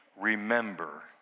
remember